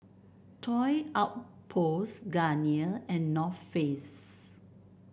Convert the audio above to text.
Toy Outpost Garnier and North Face